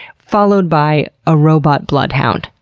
followed by a robot blood hound.